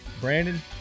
Brandon